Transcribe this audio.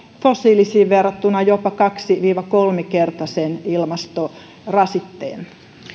fossiilisiin verrattuna jopa kaksi viiva kolme kertaisen ilmastorasitteen